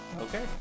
Okay